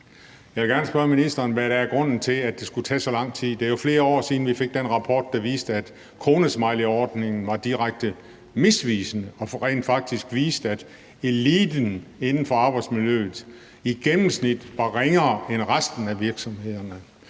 Jeg vil gerne spørge ministeren, hvad grunden er til, at det skulle tage så lang tid. Det er jo flere år siden, vi fik den rapport, der viste, at kronesmileyordningen var direkte misvisende og rent faktisk viste, at eliten inden for arbejdsmiljøet i gennemsnit var ringere end resten af virksomhederne.